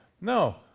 No